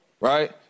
right